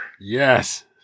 yes